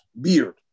beard